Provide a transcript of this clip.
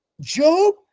Job